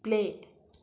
play